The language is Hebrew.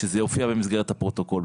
שזה יופיע במסגרת הפרוטוקול.